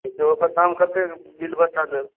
देखियौ ओकर दाम कतेक बिल बता देब